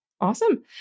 Awesome